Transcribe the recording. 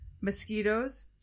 mosquitoes